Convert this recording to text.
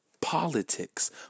Politics